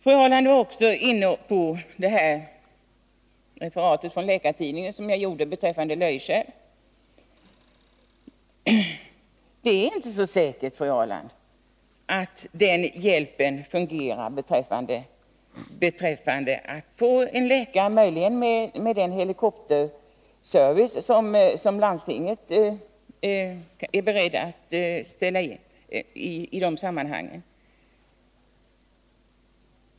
Fru Ahrland tog också upp mitt referat från Läkartidningen beträffande Löjskär. Det är inte så säkert, fru Ahrland, att hjälpen fungerar och att man kan få en läkare till ön ens med den helikopterservice som landstinget är berett att lämna.